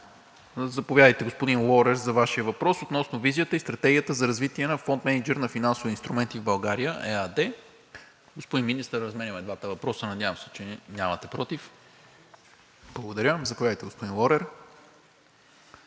Заповядайте, господин Лорер, за Вашия въпрос относно визията и стратегията за развитие на „Фонд мениджър на финансови инструменти в България“ ЕАД. Господин Министър, разменяме двата въпроса. Надавам се, че нямате против. Благодаря. Заповядайте, господин Лорер.